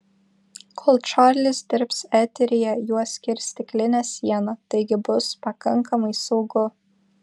kol čarlis dirbs eteryje juos skirs stiklinė siena taigi bus pakankamai saugu